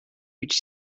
which